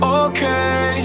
okay